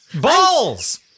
Balls